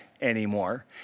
anymore